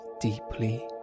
deeply